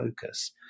focus